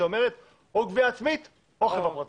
שאומרת: או גבייה עצמית או חברה פרטית.